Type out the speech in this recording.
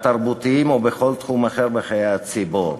התרבותיים או בכל תחום אחר בחיי הציבור.